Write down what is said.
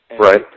Right